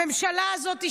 הממשלה הזאת,